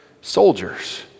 soldiers